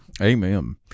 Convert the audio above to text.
amen